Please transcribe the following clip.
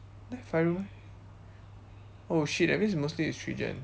there five room oh shit that means mostly it's three gen